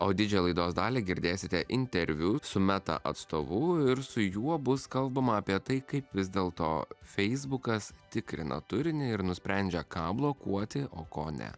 o didžią laidos dalį girdėsite interviu su meta atstovu ir su juo bus kalbama apie tai kaip vis dėlto feisbukas tikrina turinį ir nusprendžia ką blokuoti o ko ne